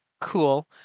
Cool